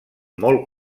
molt